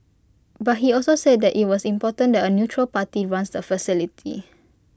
but he also said IT was important that A neutral party runs the facility